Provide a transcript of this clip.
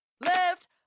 left